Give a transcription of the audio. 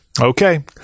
okay